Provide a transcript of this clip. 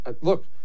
look